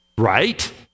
right